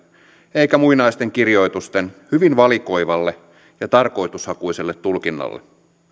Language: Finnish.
eikä muinaisten kirjoitusten hyvin valikoivalle ja tarkoitushakuiselle tulkinnalle